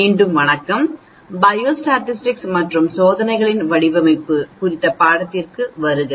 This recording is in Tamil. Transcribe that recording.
மீண்டும் வணக்கம் பயோஸ்டாடிஸ்டிக்ஸ் மற்றும் சோதனைகளின் வடிவமைப்பு குறித்த பாடத்திற்கு வருக